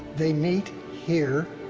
they meet here,